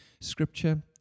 Scripture